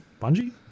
Bungie